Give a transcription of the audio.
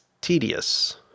tedious